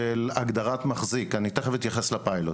של הגדרת מחזיק תכף אתייחס לפיילוט